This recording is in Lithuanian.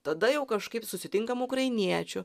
tada jau kažkaip susitinkam ukrainiečių